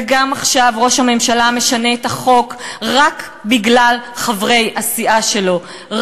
וגם עכשיו ראש הממשלה משנה את החוק רק בגלל חברי הסיעה שלו,